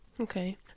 Okay